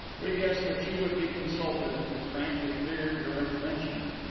we guessed that you would be consulted and we frankly feared your intervention.